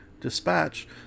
dispatch